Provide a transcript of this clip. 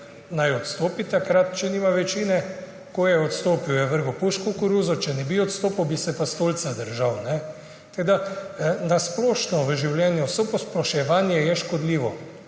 naj odstopi, če nima večine. Ko je odstopil, je vrgel puško v koruzo. Če ne bi odstopil, bi se pa stolca držal. Tako da je na splošno v življenju vso posploševanje škodljivo.